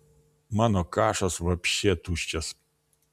mano kašas vapše tuščias